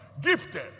Gifted